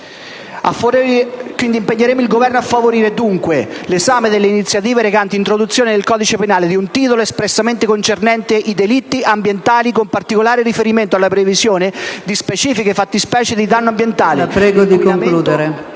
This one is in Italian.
quanto di propria competenza, l'esame delle iniziative recanti l'introduzione nel codice penale di un titolo espressamente concernente i delitti ambientali, con particolare riferimento alla previsione di specifiche fattispecie di «danno ambientale»,